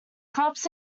crops